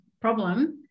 problem